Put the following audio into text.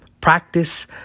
Practice